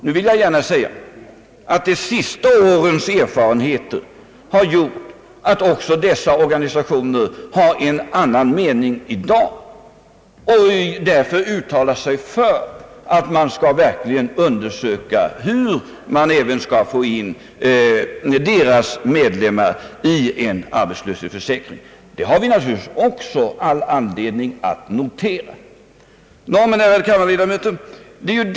Jag vill gärna säga att de senaste årens erfarenheter har medfört att ock så dessa organisationer i dag har en annan mening och därför uttalar sig för att man verkligen skall undersöka, hur man skall få in sina medlemmar i en arbetslöshetsförsäkring. Detta har vi naturligtvis också all anledning att notera. Ärade kammarledamöter!